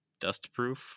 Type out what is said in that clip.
Dustproof